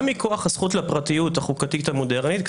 מכוח הזכות לפרטיות החוקתית המודרנית,